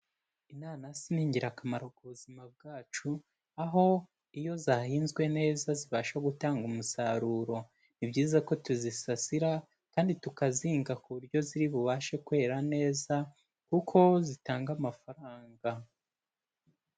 Inanasi ni ingirakamaro ku buzima bwacu, aho iyo zahinzwe neza zibasha gutanga umusaruro. Ni byiza ko tuzisasira kandi tukazihinga ku buryo ziri bubashe kwera neza kuko zitanga amafaranga.